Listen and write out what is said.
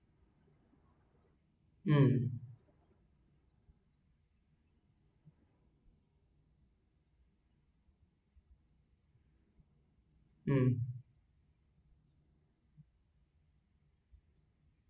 mm